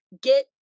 get